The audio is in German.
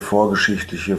vorgeschichtliche